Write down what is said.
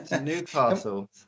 Newcastle